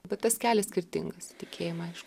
bet tas kelias skirtingas tikėjimo aišku